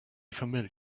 familiar